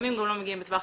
ולפעמים גם לא 72 שעות.